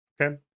Okay